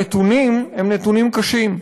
הנתונים הם נתונים קשים,